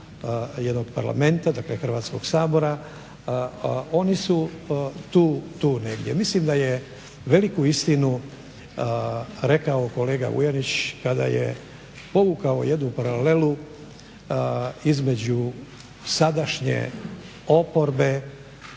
jednog parlamenta, dakle Hrvatskog sabora, oni su tu negdje. Mislim da je veliku istinu rekao kolega Vuljanić kada je povukao jednu paralelu između sadašnje oporbe